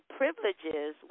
privileges